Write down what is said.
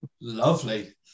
Lovely